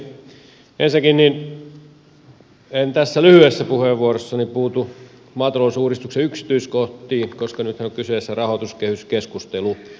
ensinnäkään en tässä lyhyessä puheenvuorossani puutu maatalousuudistuksen yksityiskohtiin koska nythän on kyseessä rahoituskehyskeskustelu